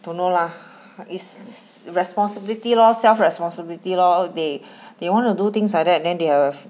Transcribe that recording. don't know lah it's responsibility lor self responsibility lor they they want to do things like that then they will